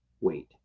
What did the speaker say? wait